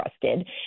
trusted